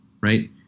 right